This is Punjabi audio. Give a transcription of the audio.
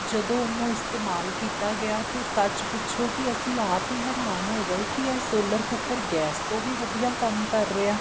ਜਦੋਂ ਉਹਨੂੰ ਇਸਤੇਮਾਲ ਕੀਤਾ ਗਿਆ ਤਾਂ ਸੱਚ ਪੁੱਛੋ ਕਿ ਅਸੀਂ ਆਪ ਹੀ ਹੈਰਾਨ ਹੋ ਗਏ ਕਿ ਇਹ ਸੋਲਰ ਕੁੱਕਰ ਗੈਸ ਤੋਂ ਵੀ ਵਧੀਆ ਕੰਮ ਕਰ ਰਿਹਾ